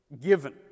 given